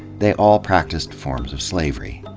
they all practiced forms of slavery.